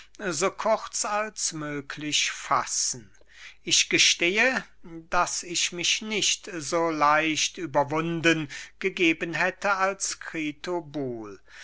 so kurz als möglich fassen ich gestehe daß ich mich nicht so leicht überwunden gegeben hätte als